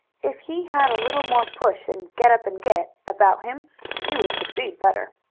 if he had a little more push and get up and get about him he would succeed better.